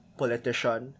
politician